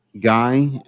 guy